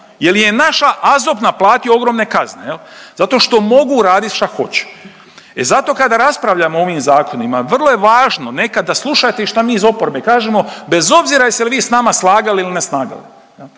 jer je naša AZOP naplatio ogromne kazne, je li? Zato što mogu raditi šta hoće. E zato kada raspravljamo o ovim zakonima, vrlo je važno nekada slušati šta mi iz oporbe kažemo, bez obzira je li se vi s nama slagali ili ne snagali,